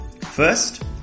First